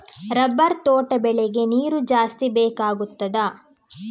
Rubber ತೋಟ ಬೆಳೆಗೆ ನೀರು ಜಾಸ್ತಿ ಬೇಕಾಗುತ್ತದಾ?